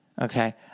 Okay